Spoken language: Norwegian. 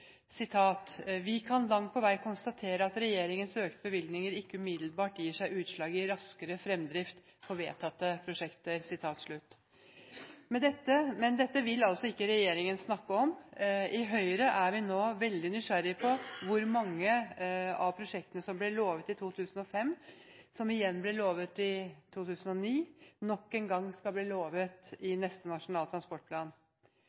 kan langt på vei konstatere at regjeringens økte bevilgninger ikke umiddelbart gir seg utslag i raskere fremdrift for vedtatte prosjekter.» Men dette vil altså ikke regjeringen snakke om. I Høyre er vi nå veldig nysgjerrige på hvor mange av prosjektene som ble lovet i 2005, som igjen ble lovet i 2009, som nok en gang skal bli lovet